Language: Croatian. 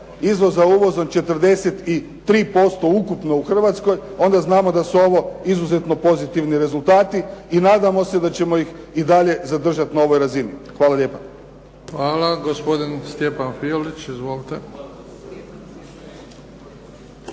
izvoza uvozom 43% ukupno u Hrvatskoj onda znamo da su ovo izuzetno pozitivni rezultati i nadamo se da ćemo ih i dalje zadržati na ovoj razini. Hvala lijepa. **Bebić, Luka (HDZ)** Hvala. Gospodin Stjepan Fiolić. Izvolite.